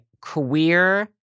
queer